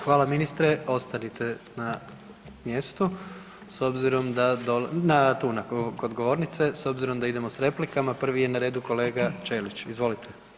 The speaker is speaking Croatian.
Hvala ministre, ostanite na mjestu s obzirom da, tu kod govornice, s obzirom da idemo s replikama, prvi je na redu kolega Ćelić, izvolite.